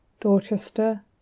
Dorchester